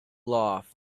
laugh